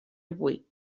avui